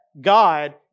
God